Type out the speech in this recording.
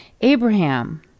Abraham